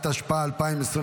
התשפ"ה 2024,